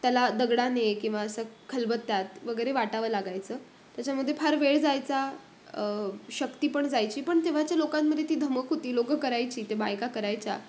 त्याला दगडाने किंवा असं खलबत्यात वगैरे वाटावं लागायचं त्याच्यामध्ये फार वेळ जायचा शक्ती पण जायची पण तेव्हाच्या लोकांमध्ये ती धमक होती लोकं करायची ते बायका करायच्या